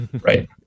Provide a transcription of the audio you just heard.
right